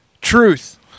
truth